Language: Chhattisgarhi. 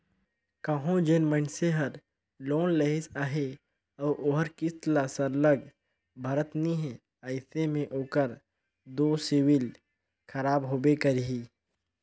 कहों जेन मइनसे हर लोन लेहिस अहे अउ ओहर किस्त ल सरलग भरत नी हे अइसे में ओकर दो सिविल खराब होबे करही